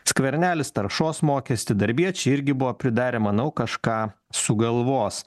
skvernelis taršos mokestį darbiečiai irgi buvo pridarę manau kažką sugalvos